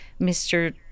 Mr